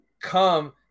come